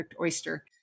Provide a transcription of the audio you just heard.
oyster